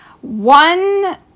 One